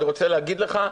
אני רוצה להגיד לך,